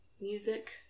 music